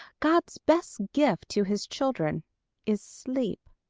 god's best gift to his children is sleep.